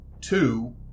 two